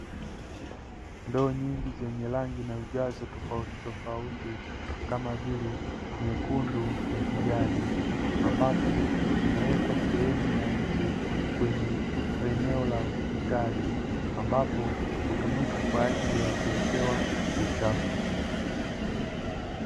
Ndoo nyingi zenye rangi na ujazo tofautitofauti, kama vile, nyekundu na kijani, ambapo zimewekwa sehemu ya nnje kwenye eneo la hospitali, ambapo hutumika kwa ajili ya kuwekewa uchafu.